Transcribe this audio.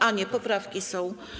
A nie, poprawki są.